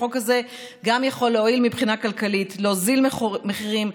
החוק הזה יכול גם להועיל מבחינה כלכלית: להוריד מחירים,